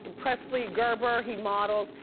presley gerber, he models.